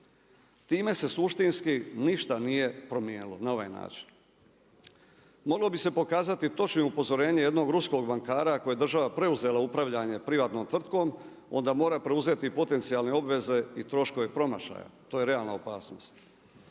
Time se suštinski ništa nije promijenilo, na ovaj način. Moglo bi se pokazati točnim upozorenjem jednog ruskog bankara koji je država preuzela upravljanje privatnom tvrtkom, onda mora preuzeti potencijalne obveze i troškove promašaja. To je realna opasnost.